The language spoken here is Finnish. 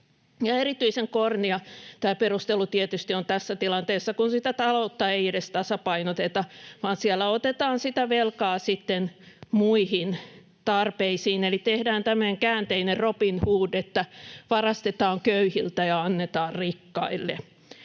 Erityisen kornia tämä perustelu tietysti on tässä tilanteessa, kun sitä taloutta ei edes tasapainoteta vaan siellä otetaan sitä velkaa sitten muihin tarpeisiin eli tehdään tämmöinen käänteinen Robin Hood, että varastetaan köyhiltä ja annetaan rikkaille.